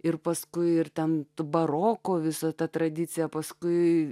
ir paskui ir tam baroko visą tą tradiciją paskui